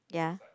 ya